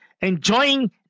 enjoying